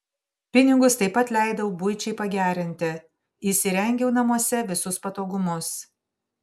pinigus taip pat leidau buičiai pagerinti įsirengiau namuose visus patogumus